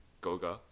Goga